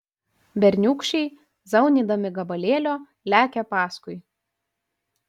berniūkščiai zaunydami gabalėlio lekia paskui